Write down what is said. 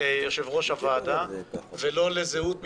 יושב-ראש הוועדה ולא לזהות מפלגה.